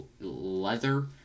leather